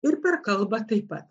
ir per kalbą taip pat